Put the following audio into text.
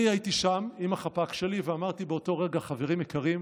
אני הייתי שם עם החפ"ק שלי ואמרתי באותו רגע: חברים יקרים,